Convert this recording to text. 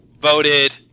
Voted